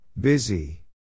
Busy